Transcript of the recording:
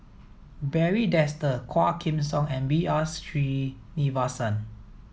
Barry Desker Quah Kim Song and B R Sreenivasan